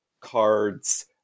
cards